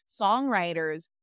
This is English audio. songwriters